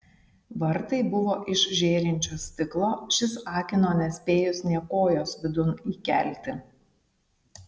vartai buvo iš žėrinčio stiklo šis akino nespėjus nė kojos vidun įkelti